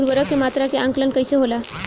उर्वरक के मात्रा के आंकलन कईसे होला?